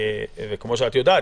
וכפי שאת יודעת,